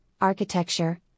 architecture